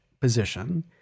position